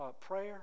Prayer